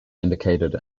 indicated